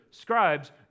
Scribes